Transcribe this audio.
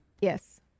yes